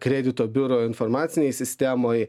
kredito biuro informacinėj sistemoj